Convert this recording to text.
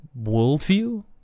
worldview